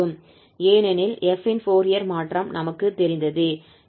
ஏனெனில் f இன் Fourier மாற்றம் நமக்குத் தெரிந்ததே